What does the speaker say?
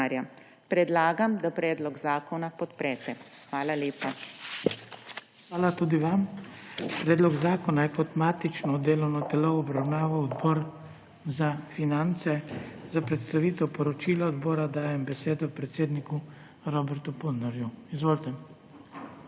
Predlagam, da predlog zakona podprete. Hvala lepa. PODPREDSEDNIK BRANKO SIMONOVIČ: Hvala tudi vam. Predlog zakona je kot matično delovno telo obravnaval Odbor za finance. Za predstavitev poročila odbora dajem besedo predsedniku Robertu Polnarju. Izvolite.